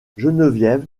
geneviève